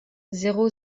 zéro